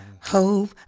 hope